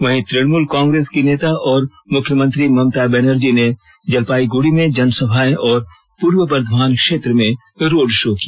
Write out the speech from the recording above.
वहीं तुणमूल कांग्रेस की नेता और मुख्यमंत्री ममता बनर्जी ने जलपाईगुड़ी में जनसभाएं और पूर्व बर्धमान क्षेत्र में रोड शो किया